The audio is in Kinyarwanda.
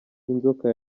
inzoka